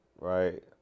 right